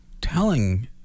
telling